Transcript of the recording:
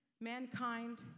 mankind